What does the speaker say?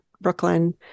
Brooklyn